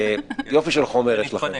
יופי של חומר יש לכם.